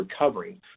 recovering